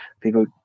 people